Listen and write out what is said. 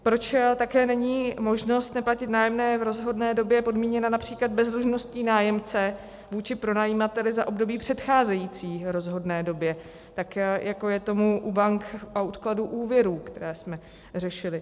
Proč také není možnost neplatit nájemné v rozhodné době podmíněna například bezdlužností nájemce vůči pronajímateli za období předcházející rozhodné době, tak jako je tomu u bank a odkladu úvěrů, které jsme řešili?